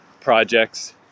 projects